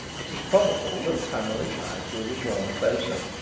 it is probable that family ties will be drawn closer.